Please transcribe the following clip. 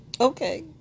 okay